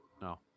No